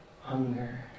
hunger